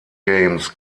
games